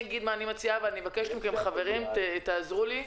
אגיד מה אני מציעה ואני מבקשת מכם שתעזרו לי,